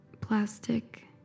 plastic